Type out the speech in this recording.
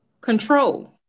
Control